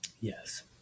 Yes